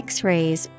X-rays